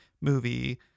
movie